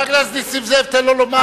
חבר הכנסת נסים זאב, תן לו לומר קודם,